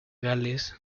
gales